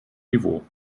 niveau